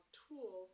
tool